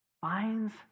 finds